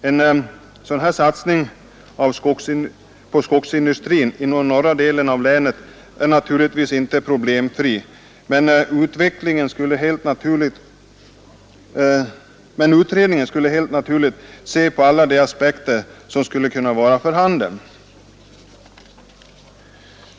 En sådan här satsning på skogsindustrin inom norra delen av länet är naturligtvis ihte problem fri, men utredningen skulle helt naturligt se på alla de aspekter som kan vara för handen.